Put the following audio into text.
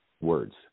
words